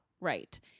right